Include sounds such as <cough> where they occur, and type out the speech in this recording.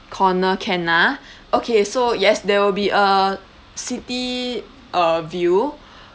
corner can ah okay so yes there will be a city uh view <breath>